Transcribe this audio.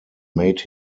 made